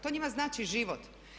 To njima znači život.